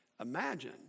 Imagine